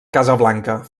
casablanca